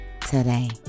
today